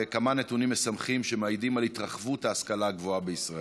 בכמה נתונים משמחים שמעידים על התרחבות ההשכלה הגבוהה בישראל,